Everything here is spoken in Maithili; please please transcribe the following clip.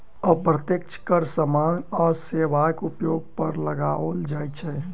अप्रत्यक्ष कर सामान आ सेवाक उपयोग पर लगाओल जाइत छै